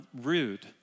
rude